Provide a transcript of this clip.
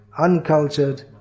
uncultured